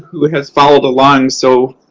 who has followed along so,